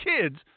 Kids